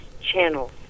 channels